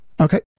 okay